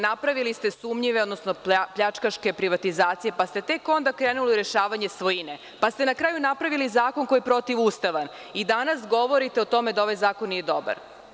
Napravili ste sumnjive, pljačkaške privatizacije, pa ste tek onda krenuli u rešavanje svojine, pa ste na kraju napravili zakon koji je protivustavan i danas govorite o tome da ovaj zakon nije dobar.